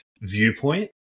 viewpoint